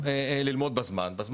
הוא עדיין לומד את הנושא והוא מודע